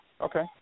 Okay